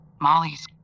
Molly's